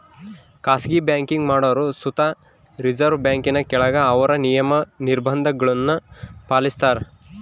ಖಾಸಗಿ ಬ್ಯಾಂಕಿಂಗ್ ಮಾಡೋರು ಸುತ ರಿಸರ್ವ್ ಬ್ಯಾಂಕಿನ ಕೆಳಗ ಅವ್ರ ನಿಯಮ, ನಿರ್ಭಂಧಗುಳ್ನ ಪಾಲಿಸ್ತಾರ